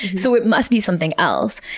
so it must be something else.